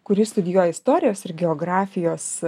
kuri studijuoja istorijos ir geografijos